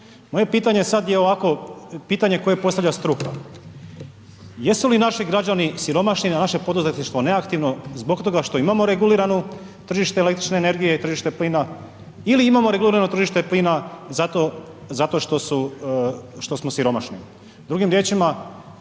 Moje pitanje sad je ovako pitanje koje postavlja struka. Jesu li naši građani siromašni, a naše poduzetništvo neaktivno zbog toga što imamo reguliranu tržište električne energije i tržište plina, ili imamo regulirano tržište plina zato što smo siromašni?